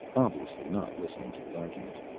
obviously not listening to the argument.